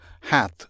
hath